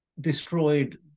destroyed